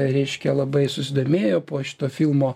reiškia labai susidomėjo po šito filmo